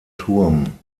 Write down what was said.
turm